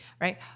Right